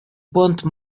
ponto